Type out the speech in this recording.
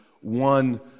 one